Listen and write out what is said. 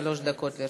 שלוש דקות לרשותך.